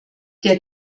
der